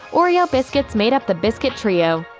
oreo biscuits made up the biscuit trio.